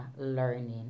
learning